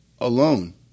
alone